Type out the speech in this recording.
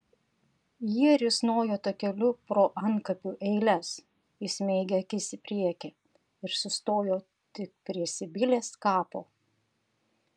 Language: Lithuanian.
jie risnojo takeliu pro antkapių eiles įsmeigę akis į priekį ir sustojo tik prie sibilės kapo